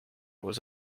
was